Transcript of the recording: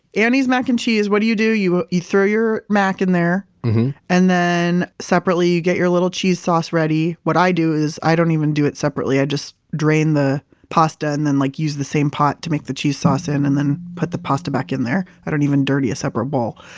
annie's mac and cheese what do you do? you ah you throw your mac in there and then separately you get your little cheese sauce ready. what i do is i don't even do it separately. i just drain the pasta and then like use the same pot to make the cheese sauce in and then put the pasta back in there. i don't even dirty a separate bowl.